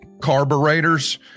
carburetors